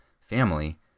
family